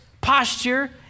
posture